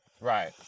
right